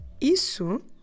isso